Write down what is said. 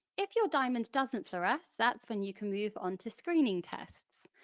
if your diamond doesn't fluoresce that's when you can move on to screening tests.